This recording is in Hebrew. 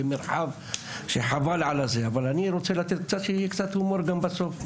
אבל אני רוצה שיהיה קצת הומור בסוף.